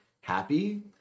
happy